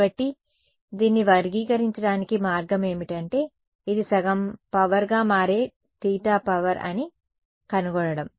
కాబట్టి దీన్ని వర్గీకరించడానికి మార్గం ఏమిటంటే ఇది సగం పవర్ గా మారే తీటా పవర్ అని కనుగొనడం